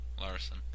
Larson